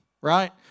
Right